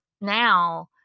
now